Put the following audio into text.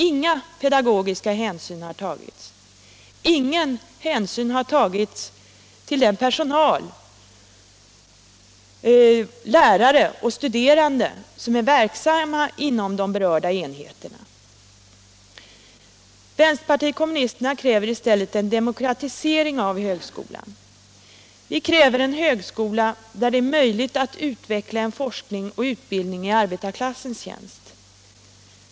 Inga pedagogiska hänsyn har tagits. Ingen hänsyn har tagits till dem som arbetar inom de berörda enheterna: de studerande, lärarna och övrig personal. Vpk kräver i stället en demokratisering av högskolan. Vi kräver en högskola där det är möjligt att utveckla en kamp för forskning och utbildning i arbetarklassens tjänst.